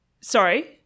sorry